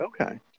Okay